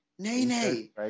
Nay-nay